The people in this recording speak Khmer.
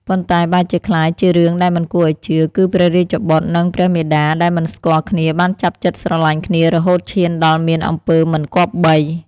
ប៉ុន្តែបែរជាក្លាយជារឿងដែលមិនគួរឲ្យជឿ គឺព្រះរាជបុត្រនិងព្រះមាតាដែលមិនស្គាល់គ្នាបានចាប់ចិត្តស្រឡាញ់គ្នារហូតឈានដល់មានអំពើមិនគប្បី។